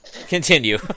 continue